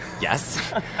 yes